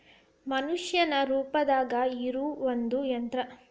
ಮನಷ್ಯಾನ ರೂಪದಾಗ ಇರು ಒಂದ ಯಂತ್ರ